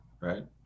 right